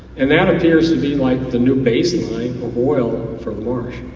and that appears to be like the new baseline of oil from marsh.